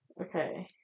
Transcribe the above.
Okay